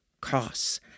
costs